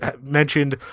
mentioned